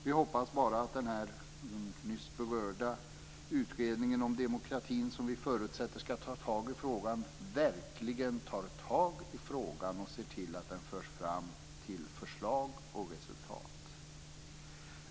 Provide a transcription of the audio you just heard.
Vi hoppas bara att den nyss berörda utredningen om demokratin verkligen tar tag i frågan och ser till att den förs fram till förslag och resultat.